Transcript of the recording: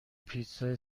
پیتزای